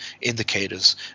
indicators